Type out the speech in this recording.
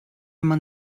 man